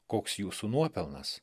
koks jūsų nuopelnas